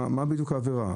מה בדיוק העבירה?